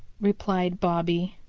replied bobby.